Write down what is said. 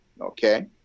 okay